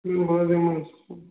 بہٕ حظ یِمہٕ